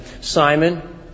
Simon